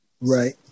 Right